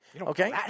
Okay